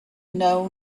know